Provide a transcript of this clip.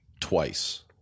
twice